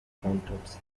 accountants